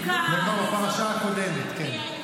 זה בפרשה הקודמת, כן.